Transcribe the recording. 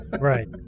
Right